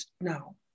now